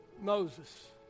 Moses